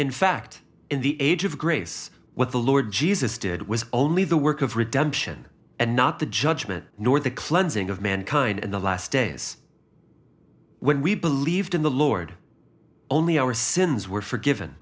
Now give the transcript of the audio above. in fact in the age of grace what the lord jesus did was only the work of redemption and not the judgment nor the cleansing of mankind in the last days when we believed in the lord only our sins were forgiven